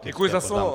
Děkuji za slovo.